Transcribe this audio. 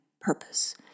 purpose